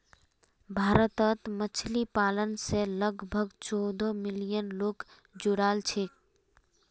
भारतत मछली पालन स लगभग चौदह मिलियन लोग जुड़ाल छेक